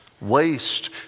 Waste